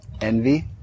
Envy